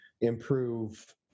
improve